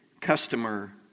customer